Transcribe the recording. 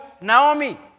Naomi